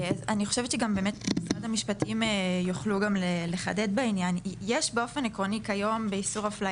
אני הקשבתי כאן כמעט לכול המדברים וחיפשתי לשמוע את המילה